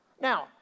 Now